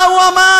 מה הוא אמר?